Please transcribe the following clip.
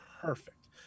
perfect